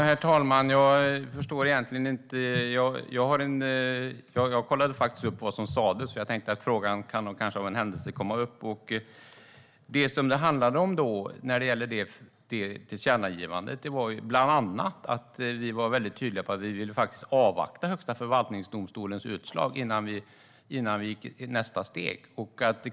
Herr talman! Jag kollade faktiskt upp vad som sas, för jag tänkte att frågan kunde komma upp. Vad gäller tillkännagivandet var vi tydliga med att vi ville avvakta Högsta förvaltningsdomstolens utslag innan vi tog nästa steg.